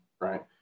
right